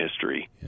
history